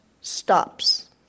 stops